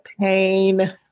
pain